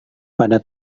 pada